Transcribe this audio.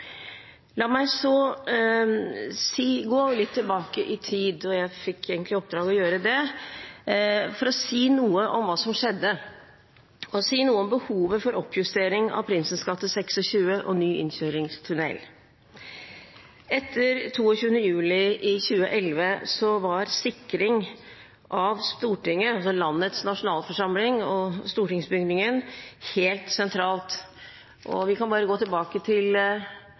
La meg så gå litt tilbake i tid – jeg fikk egentlig i oppdrag å gjøre det – for å si noe om hva som skjedde, og noe om behovet for oppjustering av Prinsens gate 26 og ny innkjøringstunnel. Etter den 22. juli 2011 var sikring av Stortinget, landets nasjonalforsamling, og stortingsbygningen helt sentralt – vi kan bare gå tilbake til